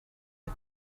the